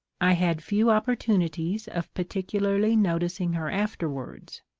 i had few opportunities of particularly noticing her afterwards,